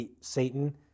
Satan